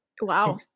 Wow